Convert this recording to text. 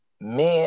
Men